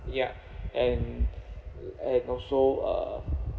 ya and and also uh